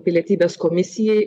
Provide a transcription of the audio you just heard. pilietybės komisijai